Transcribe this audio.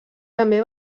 també